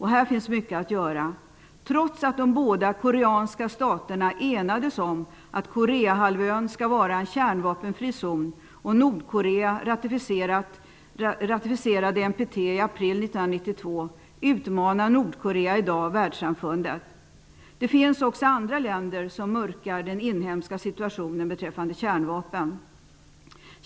Här finns mycket att göra. Trots att de båda koreanska staterna enades om att Nordkorea i dag världssamfundet. Det finns även andra länder som mörkar den inhemska situationen beträffande kärnvapen.